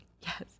Yes